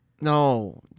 No